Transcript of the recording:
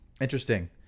interesting